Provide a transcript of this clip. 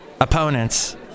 opponents